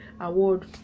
award